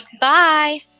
Bye